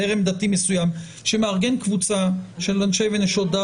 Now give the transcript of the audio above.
זרם דתי מסוים שמארגן קבוצה של אנשי ונשות דת.